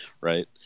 right